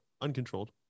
uncontrolled